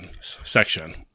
section